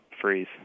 Freeze